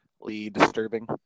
Disturbing